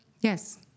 Yes